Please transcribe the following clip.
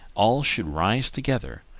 all should rise together,